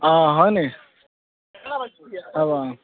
অঁ হয়নি হ'ব অঁ